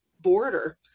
border